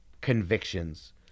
convictions